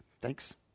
Thanks